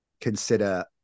consider